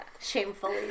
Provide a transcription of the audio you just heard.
shamefully